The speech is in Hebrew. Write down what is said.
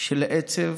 של עצב,